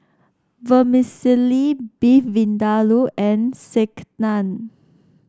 Vermicelli Beef Vindaloo and Sekihan